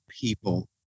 people